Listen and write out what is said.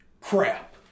crap